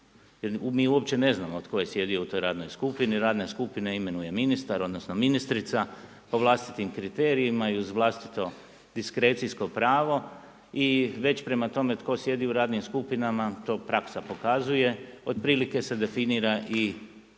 mi uopće ne znamo tko je sjedio u toj skupini, radnu skupinu imenuje ministar, odnosno ministrica po vlastitim kriterijima i uz vlastito diskrecijsko pravo i već prema tome tko sjedi u radnim skupinama, to praksa pokazuje otprilike se definira i